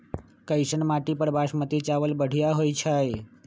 कैसन माटी पर बासमती चावल बढ़िया होई छई?